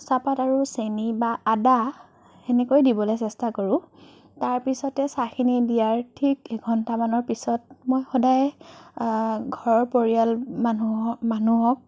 চাহপাত আৰু চেনী বা আদা সেনেকৈ দিবলৈ চেষ্টা কৰোঁ তাৰ পিছতে চাহখিনি দিয়াৰ ঠিক এঘণ্টামানৰ পিছত মই সদায় ঘৰৰ পৰিয়াল মানুহ মানুহক